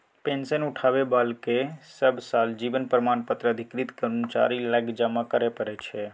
pension उठाबै बलाकेँ सब साल जीबन प्रमाण पत्र अधिकृत कर्मचारी लग जमा करय परय छै